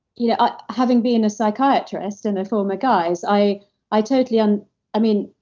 you know ah having been a psychiatrist and a former guise, i i totally. and i mean,